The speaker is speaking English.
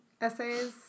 essays